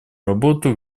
работу